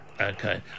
Okay